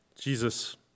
Jesus